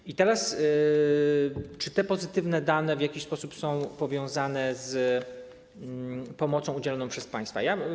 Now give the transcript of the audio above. I teraz, czy te pozytywne dane w jakiś sposób są powiązane z pomocą udzielaną przez państwo?